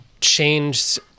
changed